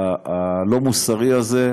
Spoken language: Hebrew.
הלא-מוסרי הזה,